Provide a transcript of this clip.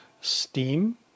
steam